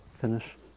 finish